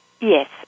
Yes